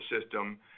system